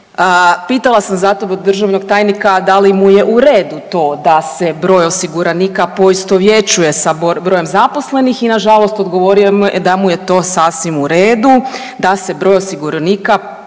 Pitala sam zato državnog tajnika da li mu je u redu to da se broj osiguranika poistovjećuje sa brojem zaposlenih i nažalost, odgovorio mi je da mu je to sasvim u redu, da se broj osiguranika